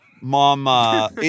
Mama